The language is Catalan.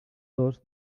dos